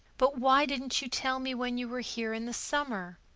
but why didn't you tell me when you were here in the summer?